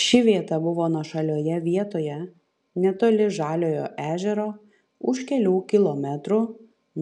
ši vieta buvo nuošalioje vietoje netoli žaliojo ežero už kelių kilometrų